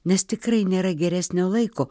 nes tikrai nėra geresnio laiko